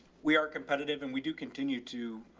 we are competitive and we do continue to,